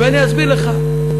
אני אסביר לך.